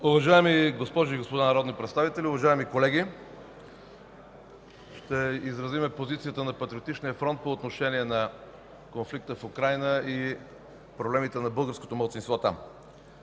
Уважаеми госпожи и господа народни представители, уважаеми колеги! Ще изразя позицията на Патриотичния фронт по отношение на конфликта в Украйна и проблемите на българското малцинство там.